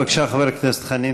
בבקשה, חבר הכנסת חנין.